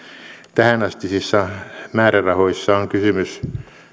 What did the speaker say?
tähänastisissa määrärahoissa on kysymys